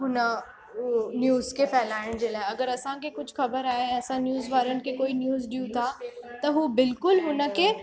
हुन न्यूस खे फ़हिलाइण जे लाइ अगरि असांखे कुझु ख़बर आहे असां न्यूस वारनि खे कोई न्यूस ॾियूं था त उहो बिल्कुलु हुनखे